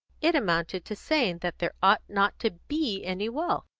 it amounted to saying that there ought not to be any wealth.